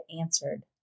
answered